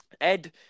Ed